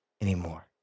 anymore